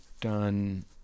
done